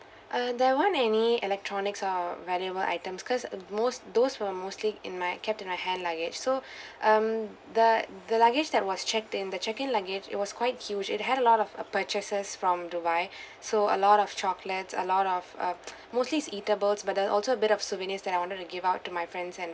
uh there weren't any electronics or valuable items because most those were mostly in my kept in my hand luggage so um the the luggage that was checked in the check in luggage it was quite huge it had a lot of purchases from dubai so a lot of chocolates a lot of uh mostly is eatable but there also a bit of souvenirs that I want to give out to my friends and